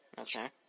Okay